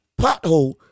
pothole